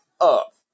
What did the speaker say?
up